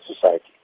society